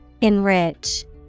Enrich